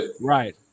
right